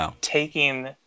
taking